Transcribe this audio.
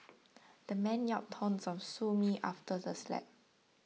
the man yelled taunts of sue me after the slap